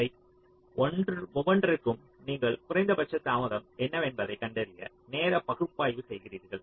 இவை ஒவ்வொன்றிற்கும் நீங்கள் குறைந்தபட்ச தாமதம் என்னவென்பதை கண்டறிய நேர பகுப்பாய்வு செய்கிறீர்கள்